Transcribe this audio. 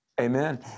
Amen